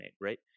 right